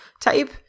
type